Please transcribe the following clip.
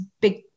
big